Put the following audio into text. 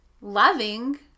loving